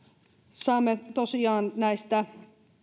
saamme tosiaan